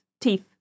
teeth